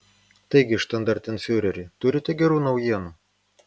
taigi štandartenfiureri turite gerų naujienų